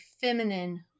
feminine